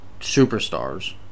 superstars